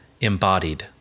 embodied